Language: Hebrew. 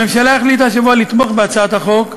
הממשלה החליטה השבוע לתמוך בהצעת החוק,